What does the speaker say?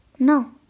No